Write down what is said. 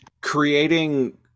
creating